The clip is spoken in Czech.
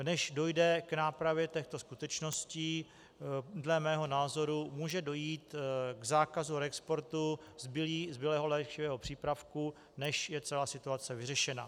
Než dojde k nápravě těchto skutečností, dle mého názoru může dojít k zákazu reexportu zbylého léčivého přípravku, než je celá situace vyřešena.